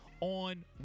on